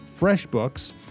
FreshBooks